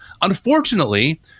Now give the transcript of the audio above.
Unfortunately